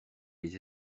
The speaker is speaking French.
les